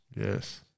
Yes